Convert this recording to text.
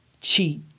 cheat